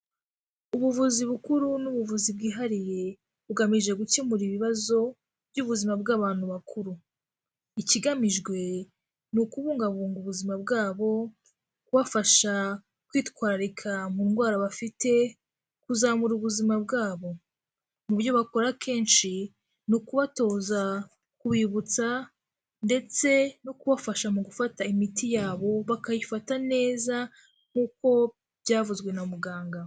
Ubuvuzi bukuru n'ubuvuzi bwihariye bugamije gukemura ibibazo by'ubuzima bw'abantu bakuru. Ikigamijwe ni ukubungabunga ubuzima bwabo, kubafasha kwitwararika mu ndwara bafite, kuzamura ubuzima bwabo. Mu byo bakora kenshi ni ukubatoza, kubibutsa ndetse no kubafasha mu gufata imiti yabo bakayifata neza nk'uko byavuzwe na muganga.